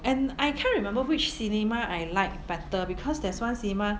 and I can't remember which cinema I like better because there's one cinema